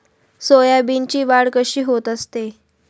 सोयाबीनची वाढ कशी होत असते?